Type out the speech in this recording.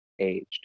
aged